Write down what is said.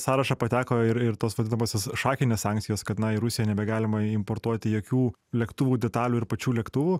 sąrašą pateko ir ir tos vadinamosios šakinės sankcijos kad na į rusiją nebegalima importuoti jokių lėktuvų detalių ir pačių lėktuvų